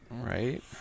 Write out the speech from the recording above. Right